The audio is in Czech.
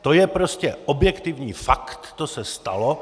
To je prostě objektivní fakt, to se stalo.